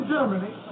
Germany